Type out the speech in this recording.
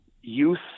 youth